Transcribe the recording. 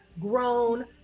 grown